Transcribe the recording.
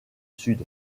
sud